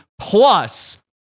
plus